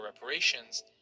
reparations